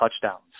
touchdowns